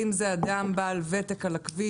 אם זה אדם בעל ותק על הכביש,